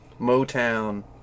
Motown